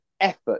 effort